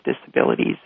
disabilities